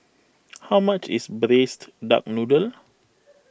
how much is Braised Duck Noodle